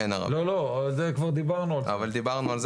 אין ערבי, אבל כבר דיברנו על זה.